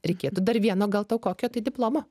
reikėtų dar vieno gal tau kokio tai diplomo